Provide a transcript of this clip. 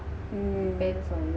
hmm